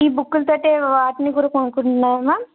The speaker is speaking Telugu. ఈ బుక్కులుతోటే వాటిని కూడా కొనుక్కుంటున్నారా మ్యామ్